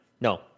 No